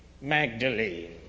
Magdalene